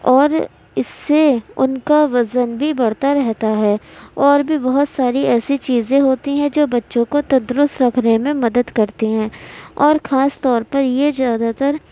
اور اس سے ان کا وزن بھی بڑھتا رہتا ہے اور بھی بہت ساری ایسی چیزیں ہوتی ہیں جو بچوں کو تندرست رکھنے میں مدد کرتی ہیں اور خاص طور پر یہ زیادہ تر